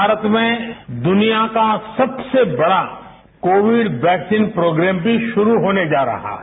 भारत में दुनिया का सबसे बढ़ा कोविड वैक्सीन प्रोग्रेम भी शुरू होने जा रहा है